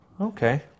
Okay